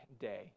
day